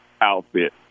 outfit